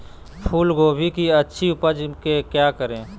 फूलगोभी की अच्छी उपज के क्या करे?